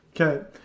Okay